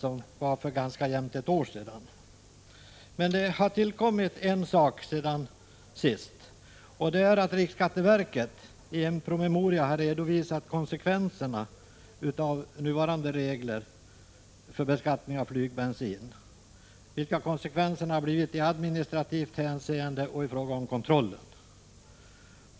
En sak har emellertid tillkommit sedan förra gången, nämligen att riksskatteverket i en promemoria har redovisat konsekvenserna i administrativt hänseende och i fråga om kontrollen av nuvarande regler för beskattning av flygbensin.